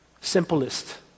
simplest